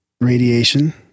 Radiation